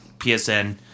PSN